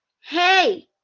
hey